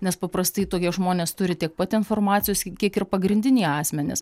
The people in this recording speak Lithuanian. nes paprastai tokie žmonės turi tiek pat informacijos kiek ir pagrindiniai asmenys